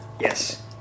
Yes